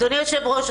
אדוני היושב-ראש,